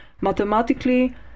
mathematically